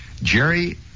Jerry